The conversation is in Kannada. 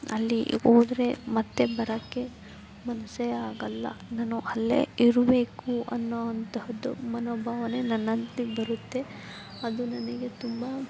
ಅಲ್ಲಿ ಹೋದರೆ ಮತ್ತೆ ಬರೋಕೆ ಮನಸ್ಸೇ ಆಗಲ್ಲ ನಾನು ಅಲ್ಲೇ ಇರಬೇಕು ಅನ್ನೋ ಅಂತಹದ್ದು ಮನೋಭಾವನೆ ನನ್ನಲ್ಲಿ ಬರುತ್ತೆ ಅದು ನನಗೆ ತುಂಬ